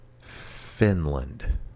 Finland